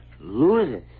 loses